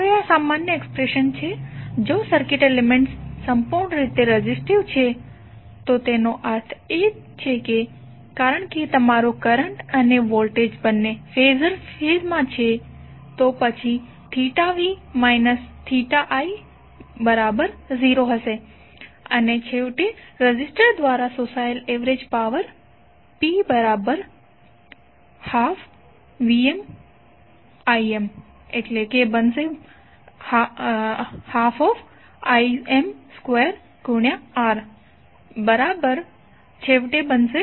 હવે આ સામાન્ય એક્સપ્રેશન છે જો સર્કિટ એલિમેન્ટ્ સંપૂર્ણ રીતે રેઝિસ્ટીવ છે તો તેનો અર્થ એ કે કારણ કે તમારો કરંટ અને વોલ્ટેજ બંને ફેઝર ફેઝમાં હશે તો પછી v i0 અને છેવટે રેઝિસ્ટર દ્વારા શોષાયેલ એવરેજ પાવર P12VmIm12Im2RIrms2RVrms2R હશે